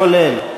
כולל.